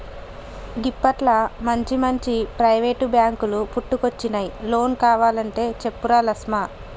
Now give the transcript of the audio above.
గిప్పట్ల మంచిమంచి ప్రైవేటు బాంకులు పుట్టుకొచ్చినయ్, లోన్ కావలంటే చెప్పురా లస్మా